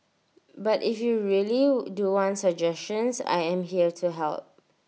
but if you really do want suggestions I am here to help